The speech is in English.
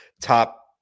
top